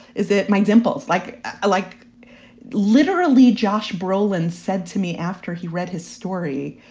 is it my dimples. like ah like literally josh brolin said to me after he read his story.